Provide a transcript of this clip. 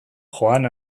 joan